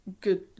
good